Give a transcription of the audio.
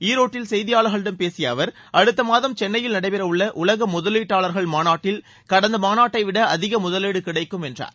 ஈரோட்டில் செய்தியாளர்களிடம் பேசிய அவர் அடுத்த மாதம் சென்னையில் நடைபெறவுள்ள உலக முதலீட்டாளர்கள் மாநாட்டில் கடந்த மாநாட்டை விட அதிக முதலீடு கிடைக்கும் என்றார்